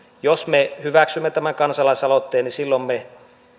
jos me hyväksymme tämän kansalaisaloitteen niin silloin me